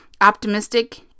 optimistic